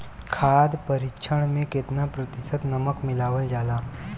खाद्य परिक्षण में केतना प्रतिशत नमक मिलावल जाला?